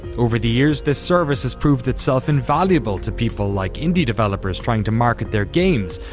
over the years this service has proved itself invaluable to people like indie developers trying to market their games,